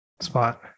spot